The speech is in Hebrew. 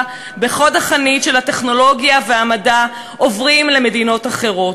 בחוד החנית של הטכנולוגיה והמדע עוברים למדינות אחרות.